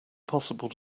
possible